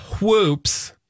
whoops